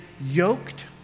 yoked